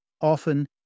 Often